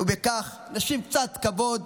ובכך נשיב קצת כבוד,